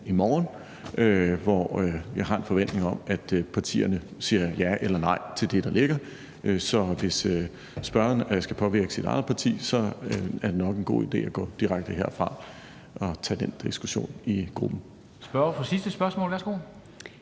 i morgen, hvor jeg har en forventning om, at partierne siger ja eller nej til det, der ligger. Så hvis spørgeren skal påvirke sit eget parti, er det nok en god idé at gå direkte herfra og tage den diskussion i gruppen.